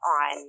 on